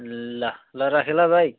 ल ल राखेँ ल भाइ